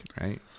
Right